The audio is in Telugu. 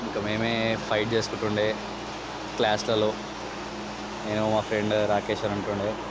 ఇంక మేమే ఫైట్ చేసుకుంటుండే క్లాసులలో నేను మా ఫ్రెండ్ రాకేష్ అని ఉంటుండె